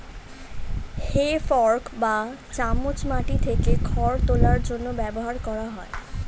হে fork বা চামচ মাটি থেকে খড় তোলার জন্য ব্যবহার করা হয়